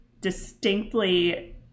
distinctly